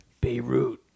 Beirut